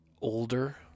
Older